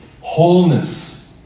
wholeness